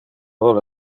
vole